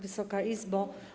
Wysoka Izbo!